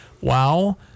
wow